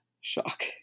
shock